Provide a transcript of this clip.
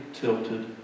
tilted